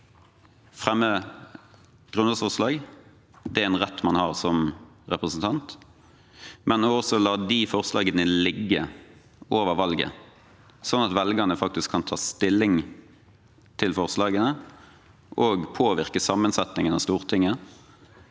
fremme grunnlovsforslag – det er en rett man har som representant – men også å la forslagene ligge over valget, slik at velgerne faktisk kan ta stilling til forslagene, påvirke sammensetningen av Stortinget